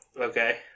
Okay